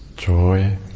joy